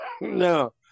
no